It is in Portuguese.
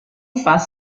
faz